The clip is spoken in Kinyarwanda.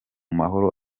mahoro